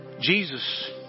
jesus